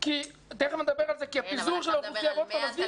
כי פיזור האוכלוסייה --- אבל אתה מדבר על 100 תלמידים,